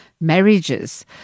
marriages